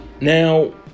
Now